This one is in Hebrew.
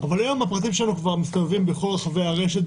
אבל היום הפרטים שלנו כבר מסתובבים בכל רחבי הרשת,